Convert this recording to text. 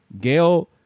Gail